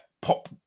pop